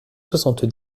soixante